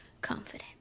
confident